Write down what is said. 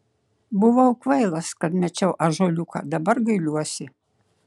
buvau kvailas kad mečiau ąžuoliuką dabar gailiuosi